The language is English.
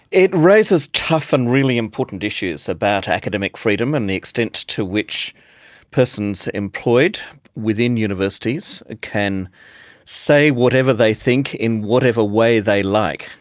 it raises tough and really important issues about academic freedom and the extent to which persons employed within universities can say whatever they think in whatever way they like,